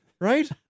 Right